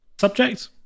Subject